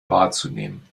wahrzunehmen